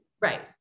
Right